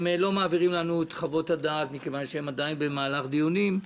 הם לא מעבירים לנו את חוות הדעת מכיוון שהם עדיין במהלך דיונים.